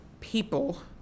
people